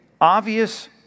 obvious